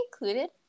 included